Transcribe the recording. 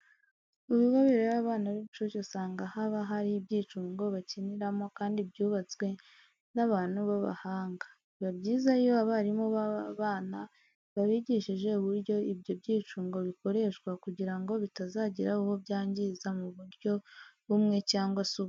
Mu bigo birera abana b'incuke usanga haba hari ibyicungo bakiniramo kandi byubatswe n'abantu b'abahanga. Biba byiza iyo abarimu baba bana babigishije uburyo ibyo byicungo bikoreshwa kugira ngo bitazagira uwo byangiza mu buryo bumwe cyangwa se ubundi.